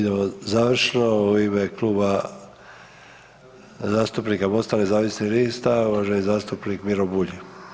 Idemo završno u ime Kluba zastupnika MOST-a nezavisnih lista uvaženi zastupnik Miro Bulj.